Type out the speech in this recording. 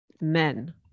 men